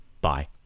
Bye